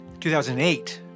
2008